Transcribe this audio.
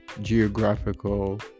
geographical